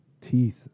teeth